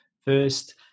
first